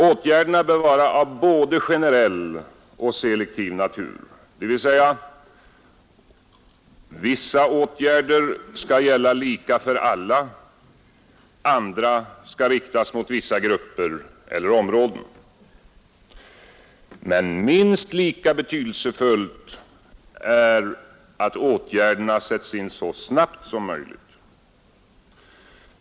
Atgärderna bör vara av både generell och selektiv natur, dvs. vissa åtgärder skall gälla lika för alla, andra skall riktas mot vissa grupper eller områden. Men minst 1" lika betydelsefullt är att åtgärderna sätts in så snabbt som möjligt.